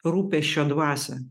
rūpesčio dvasią